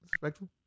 Respectful